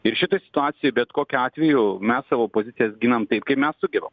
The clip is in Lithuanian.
ir šitoj situacijoj bet kokiu atveju mes savo pozicijas ginam taip kaip mes sugebam